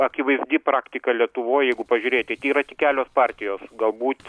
akivaizdi praktika lietuvoj jeigu pažiūrėti tai yra tik kelios partijos galbūt